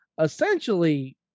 essentially